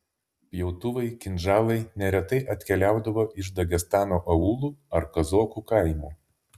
pjautuvai kinžalai neretai atkeliaudavo iš dagestano aūlų ar kazokų kaimų